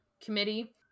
committee